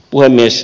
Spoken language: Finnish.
puhemies